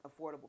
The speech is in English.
affordable